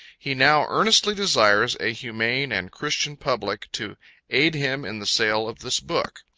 he now earnestly desires a humane and christian public to aid him in the sale of this book,